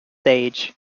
sage